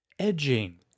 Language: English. Edging